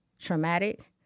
traumatic